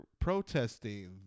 protesting